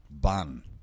bun